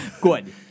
Good